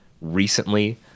recently